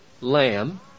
lamb